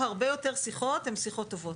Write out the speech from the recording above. הרבה יותר שיחות הן שיחות טובות.